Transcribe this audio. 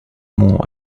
more